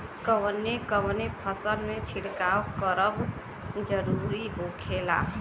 कवने कवने फसल में छिड़काव करब जरूरी होखेला?